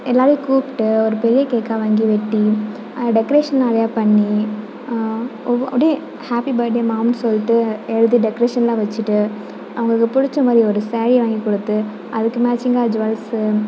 எல்லாேரையும் கூப்பிட்டு ஒரு பெரிய கேக்காக வாங்கி வெட்டி டெக்ரேஷன் நிறையா பண்ணி ஒவ்வொ அப்படியே ஹேப்பி பர்த் டே மாம் சொல்லிட்டு எழுதி டெக்ரேஷனெலாம் வெச்சுட்டு அவங்களுக்கு பிடிச்ச மாதிரி ஒரு சேரீ வாங்கிக் கொடுத்து அதுக்கு மேட்சிங்காக ஜுவல்ஸு